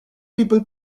people